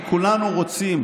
כי כולנו רוצים